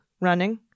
running